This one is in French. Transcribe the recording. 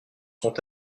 sont